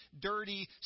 dirty